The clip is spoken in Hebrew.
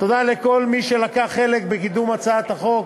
תודה לכל מי שלקח חלק בקידום הצעת החוק: